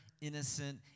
innocent